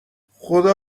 خدا